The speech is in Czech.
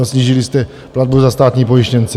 Snížili jste platbu za státní pojištěnce.